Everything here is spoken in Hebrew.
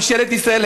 ממשלת ישראל,